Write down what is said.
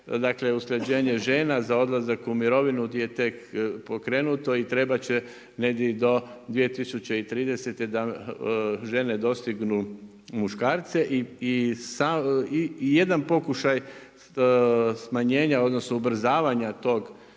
naše usklađenje žena za odlazak u mirovinu je tek pokrenuto i trebat će negdje do 2030. da žene dostignu muškarce i jedan pokušaj smanjenja odnosno ubrzavanja tog